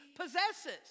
possesses